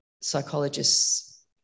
psychologists